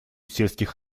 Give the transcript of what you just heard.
сельских